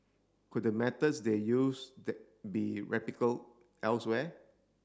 could the methods they use the be elsewhere